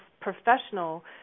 professional